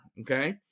okay